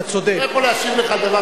הוא לא יכול להשיב לך על דבר,